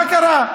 מה קרה?